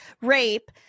rape